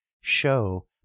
show